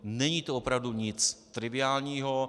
Není to opravdu nic triviálního.